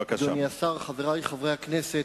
אדוני השר, חברי חברי הכנסת,